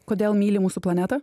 kodėl myli mūsų planetą